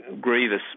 grievous